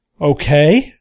Okay